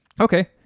Okay